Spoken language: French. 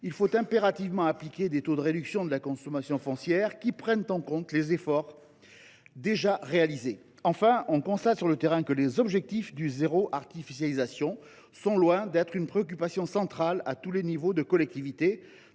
Il faudra impérativement appliquer des taux de réduction de la consommation foncière tenant compte des efforts déjà réalisés. Enfin, on constate sur le terrain que les objectifs du zéro artificialisation nette sont loin d’être une préoccupation centrale à tous les échelons des collectivités,